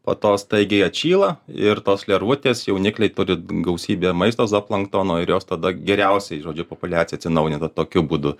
po to staigiai atšyla ir tos lervutės jaunikliai turi gausybę maisto zooplanktono ir jos tada geriausiai žodžiu populiacija atsinaujina tokiu būdu